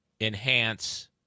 enhance